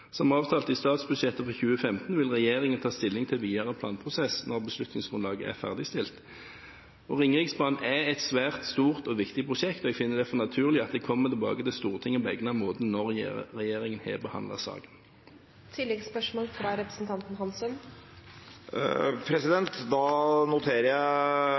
Som omtalt i statsbudsjettet for 2015 vil regjeringen ta stilling til videre planprosess når beslutningsgrunnlaget er ferdigstilt. Ringeriksbanen er et svært stort og viktig prosjekt, og jeg finner det derfor naturlig at vi kommer tilbake til Stortinget på egnet måte når regjeringen har behandlet saken.